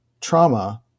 trauma